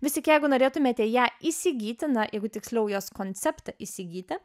vis tik jeigu norėtumėte ją įsigyti na jeigu tiksliau jos konceptą įsigyti